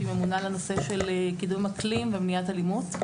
שהיא ממונה על הנושא של קידום אקלים ומניעת אלימות.